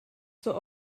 zur